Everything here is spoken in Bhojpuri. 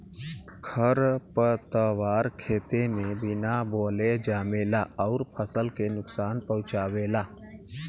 खरपतवार खेते में बिना बोअले जामेला अउर फसल के नुकसान पहुँचावेला